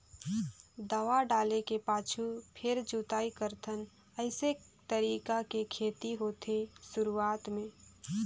दवा डाले के पाछू फेर जोताई करथन अइसे तरीका के खेती होथे शुरूआत में